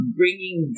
bringing